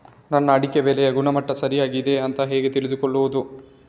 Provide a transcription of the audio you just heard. ನನ್ನ ಅಡಿಕೆ ಬೆಳೆಯ ಗುಣಮಟ್ಟ ಸರಿಯಾಗಿ ಇದೆಯಾ ಅಂತ ಹೇಗೆ ತಿಳಿದುಕೊಳ್ಳುವುದು?